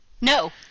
No